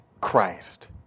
Christ